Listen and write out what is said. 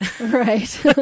Right